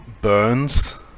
burns